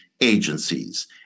agencies